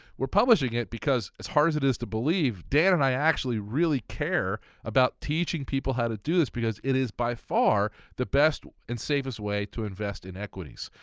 we're publishing it because as hard as it is to believe, dan and i actually really care about teaching people how to do this because it is by far the best and safest way to invest in equities.